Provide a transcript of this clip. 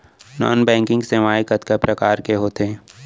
non banking सेवाएं कतका प्रकार के होथे